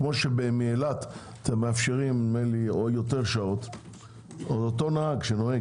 כמו שמאילת אתם מאפשרים או יותר שעות או אותו נהג שנוגע